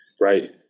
right